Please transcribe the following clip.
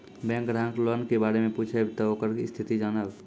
Bank ग्राहक loan के बारे मैं पुछेब ते ओकर स्थिति जॉनब?